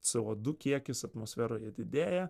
co du kiekis atmosferoje didėja